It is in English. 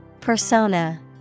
Persona